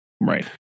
Right